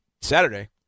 Saturday